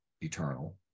eternal